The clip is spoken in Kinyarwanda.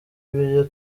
ibyo